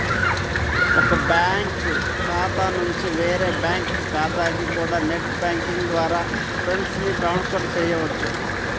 ఒక బ్యాంకు ఖాతా నుంచి వేరే బ్యాంకు ఖాతాకి కూడా నెట్ బ్యాంకింగ్ ద్వారా ఫండ్స్ ని ట్రాన్స్ ఫర్ చెయ్యొచ్చు